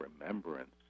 remembrance